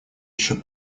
еще